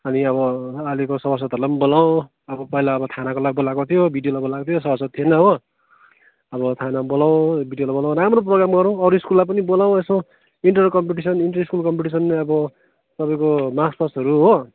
अनि अब अहिलेको सभासद्हरूलाई पनि बोलाऊँ अब पहिला अब थानाकोलाई बोलाएको थियो बिडिओलाई बोलाएको थियो सभासद् थिएन हो अब थाना बोलाऊँ बिडिओलाई बोलाऊँ राम्रो प्रोग्राम गरौँ अरू स्कुललाई पनि बोलाऊँ यसो inter competition inter school competition अब तपाईँको मार्चपास्टहरू हो